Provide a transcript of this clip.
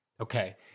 Okay